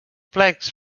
plecs